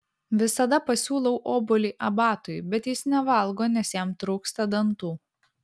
visada pasiūlau obuolį abatui bet jis nevalgo nes jam trūksta dantų